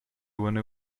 winner